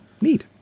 neat